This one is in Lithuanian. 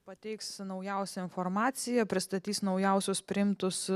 pateiksiu naujausią informaciją pristatys naujausius priimtus